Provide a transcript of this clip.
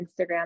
Instagram